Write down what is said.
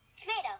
tomato